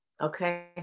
Okay